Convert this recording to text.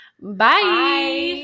bye